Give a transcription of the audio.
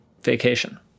vacation